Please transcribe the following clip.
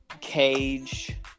cage